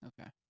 Okay